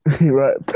Right